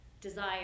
desire